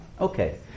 Okay